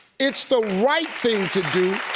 it's the right thing to do.